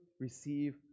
receive